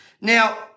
Now